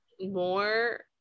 more